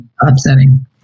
upsetting